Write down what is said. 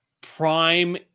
prime